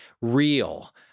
real